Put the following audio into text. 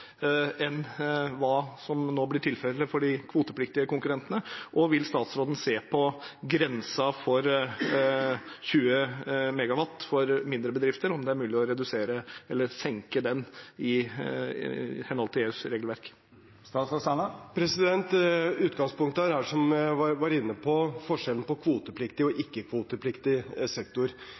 enn hva som nå blir tilfellet for de kvotepliktige konkurrentene? Og vil statsråden se på om det er mulig å redusere eller senke grensen på 20 MW for mindre bedrifter, i henhold til EUs regelverk? Utgangspunktet er her, som jeg var inne på, forskjellen på kvotepliktig og ikke-kvotepliktig sektor.